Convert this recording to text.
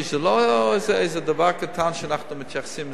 זה לא איזה דבר קטן שאנחנו מתייחסים לזה.